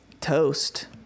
toast